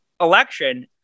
election